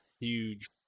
huge